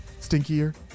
stinkier